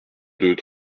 deux